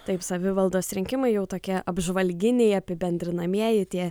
taip savivaldos rinkimai jau tokie apžvalginiai apibendrinamieji tie